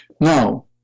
now